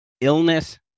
Illness